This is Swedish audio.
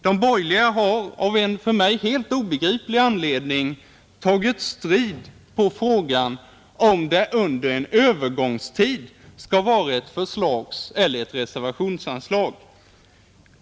De borgerliga har av en för mig obegriplig anledning tagit strid på frågan om det under en övergångstid skall vara ett förslagseller reservationsanslag.